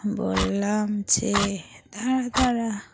বললাম যে দাঁড়া দাঁড়া